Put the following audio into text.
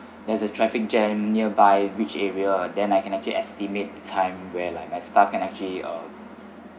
there's a traffic jam nearby which area then I can actually estimate the time where like my staff can actually uh